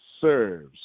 serves